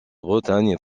bretagne